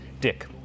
Dick